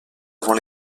avant